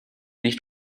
nicht